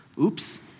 Oops